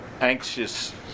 anxious